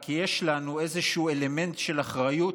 רק יש לנו איזשהו אלמנט של אחריות,